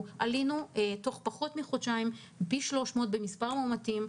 תוך פחות מחודשיים עלינו פי 300 במספר המאומתים,